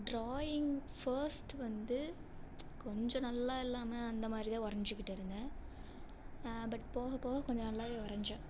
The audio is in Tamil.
டிராயிங் ஃபர்ஸ்ட் வந்து கொஞ்சம் நல்லா இல்லாமல் அந்த மாதிரி தான் வரைஞ்சுக்கிட்டு இருந்தேன் பட் போக போக கொஞ்சம் நல்லாவே வரைஞ்சேன்